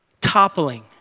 toppling